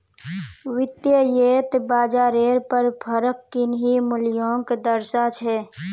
वित्तयेत बाजारेर पर फरक किन्ही मूल्योंक दर्शा छे